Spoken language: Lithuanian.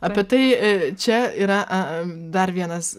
apie tai čia yra dar vienas